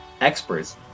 experts